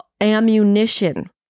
ammunition